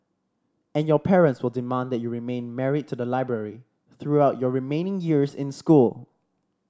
and your parents will demand that you remain married to the library throughout your remaining years in school